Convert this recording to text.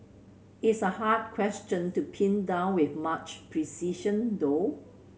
it's a hard question to pin down with much precision though